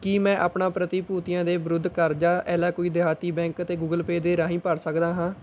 ਕੀ ਮੈਂ ਆਪਣਾ ਪ੍ਰਤੀਭੂਤੀਆ ਦੇ ਵਿਰੁੱਧ ਕਰਜ਼ਾ ਏਲਾਕੁਈ ਦੇਹਾਤੀ ਬੈਂਕ ਅਤੇ ਗੂਗਲ ਪੇ ਦੇ ਰਾਹੀਂ ਭਰ ਸਕਦਾ ਹਾਂ